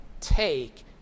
Take